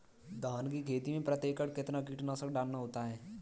धान की खेती में प्रति एकड़ कितना कीटनाशक डालना होता है?